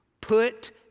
put